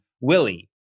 Willie